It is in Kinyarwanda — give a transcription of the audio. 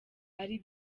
ari